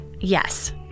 Yes